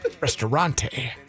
Restaurante